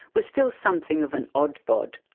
was still something of an odd-bod.